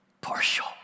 partial